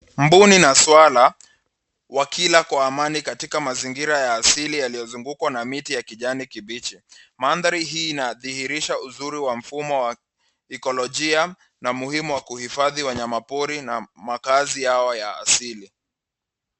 Mbuni na swara wakila kwa amani katika mazingira ya asili yaliyo zungukwa na miti ya kijani kibichi mandhari hii inadihirisha uzuri wa mfumo wa ekolojia na umuhimu wa kuhifadhi wanyama pori na makazi yao ya asili.